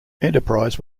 enterprise